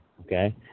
okay